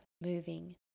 moving